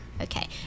Okay